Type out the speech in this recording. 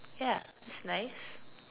ya that's nice